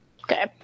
Okay